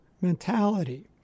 mentality